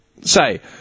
say